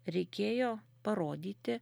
reikėjo parodyti